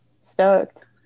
Stoked